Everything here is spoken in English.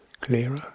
clearer